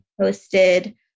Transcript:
posted